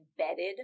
embedded